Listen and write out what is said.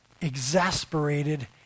exasperated